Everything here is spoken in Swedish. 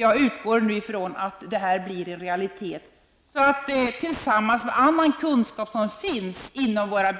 Jag utgår nu från att professuren blir en realitet, så att den tillsammans med annan kunskap som finns inom våra